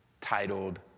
titled